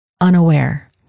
unaware